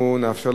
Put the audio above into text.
לפיכך,